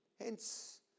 Hence